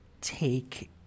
take